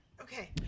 Okay